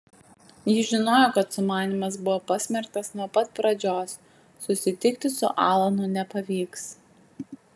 ji žinojo kad sumanymas buvo pasmerktas nuo pat pradžios susitikti su alanu nepavyks